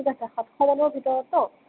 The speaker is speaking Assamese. ঠিক আছে সাতটা মানুহৰ ভিতৰত ন